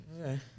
Okay